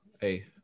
Hey